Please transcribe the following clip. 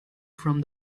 from